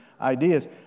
ideas